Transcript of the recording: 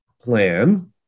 plan